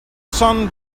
sun